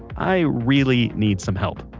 i really need some help.